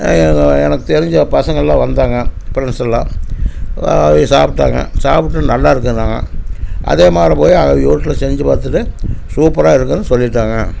எனக்கு எனக்கு தெரிஞ்ச பசங்க எல்லாம் வந்தாங்க ப்ரெண்ட்ஸ் எல்லாம் வரவங்க சாப்பிட்டாங்க சாப்பிட்டு நல்லா இருக்குதுன்னாங்க அதே மாரி போய் அவங்க வீட்டில் செஞ்சு பார்த்துட்டு சூப்பராக இருக்குன்னு சொல்லிவிட்டாங்க